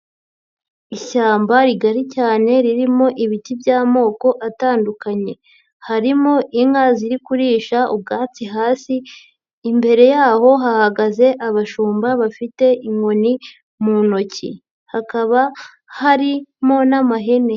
Ishyamba rigari cyane ririmo ibiti by'amoko atandukanye, harimo inka ziri kurisha ubwatsi hasi, imbere y'aho hahagaze abashumba bafite inkoni mu ntoki, hakaba harimo n'amahene.